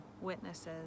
witnesses